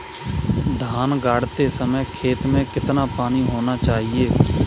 धान गाड़ते समय खेत में कितना पानी होना चाहिए?